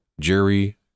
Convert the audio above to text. Jerry